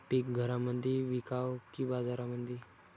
पीक घरामंदी विकावं की बाजारामंदी?